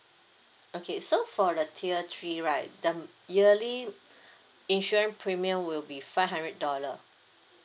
okay so for the tier three right the yearly insurance premium will be five hundred dollar